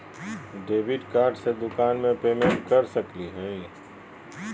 Debit card से दुकान में पेमेंट कर सकली हई?